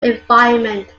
environment